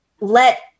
let